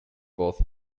both